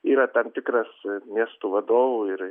yra tam tikras miestų vadovų ir